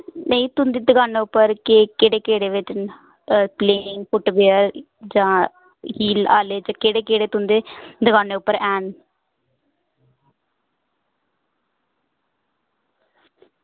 नेईं तुंदी दुकान केह्ड़े केह्ड़े रेट न एह् प्लेइंग फुटवीयर जां हील आह्ले ते केह्ड़े केह्ड़े तुंदे दुकानै उप्पर हैन